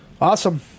Awesome